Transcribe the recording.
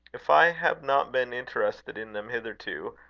if i have not been interested in them hitherto,